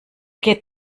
geht